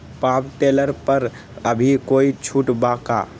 Power tiller पर अभी कोई छुट बा का?